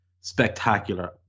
spectacular